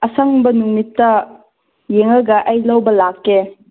ꯑꯁꯪꯕ ꯅꯨꯃꯤꯠꯇ ꯌꯦꯡꯉꯒ ꯑꯩ ꯂꯧꯕ ꯂꯥꯛꯀꯦ